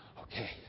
Okay